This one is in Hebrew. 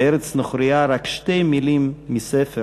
'בארץ נוכרייה', רק שתי מילים מספר